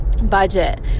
Budget